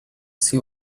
see